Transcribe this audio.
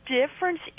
difference